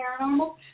paranormal